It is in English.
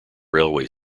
railway